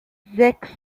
sechs